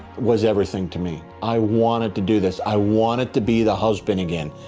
was everything to me, i wanted to do this, i wanted to be the husband again,